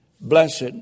Blessed